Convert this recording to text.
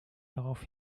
darauf